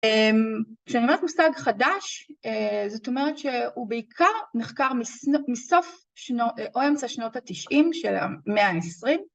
כשאני אומרת מושג חדש, זאת אומרת שהוא בעיקר נחקר מסוף או אמצע שנות התשעים של המאה העשרים